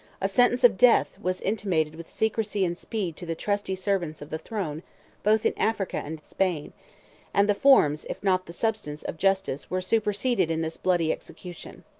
a sentence of death was intimated with secrecy and speed to the trusty servants of the throne both in africa and spain and the forms, if not the substance, of justice were superseded in this bloody execution.